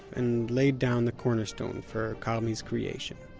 and laid down the cornerstone for karmi's creation.